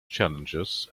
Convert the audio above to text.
challenges